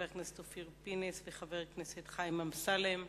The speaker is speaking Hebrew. אופיר פינס וחיים אמסלם.